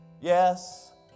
yes